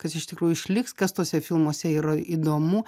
kas iš tikrųjų išliks kas tuose filmuose yra įdomu